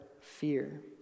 fear